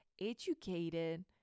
educated